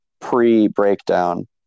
pre-breakdown